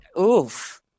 Oof